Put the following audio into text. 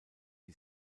die